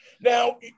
Now